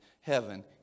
heaven